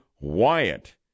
Wyatt